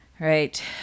Right